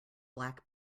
black